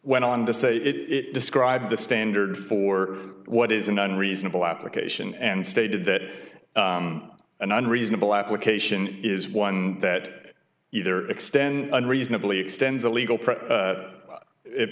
went on to say it described the standard for what is an unreasonable application and stated that an unreasonable application is one that either extend unreasonably extends a legal